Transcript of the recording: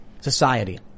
society